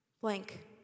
blank